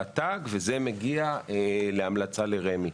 רט"ג זה מגיע להמלצה לרמ"י.